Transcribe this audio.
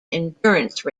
endurance